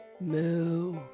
Moo